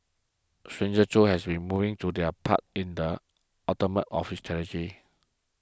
strangers too have been moving to their part in the aftermath of the